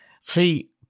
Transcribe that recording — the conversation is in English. See